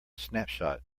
snapshot